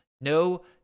no